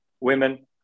women